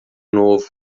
novo